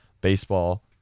Baseball